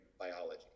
biology